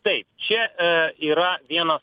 taip čia e yra vienas